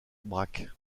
brac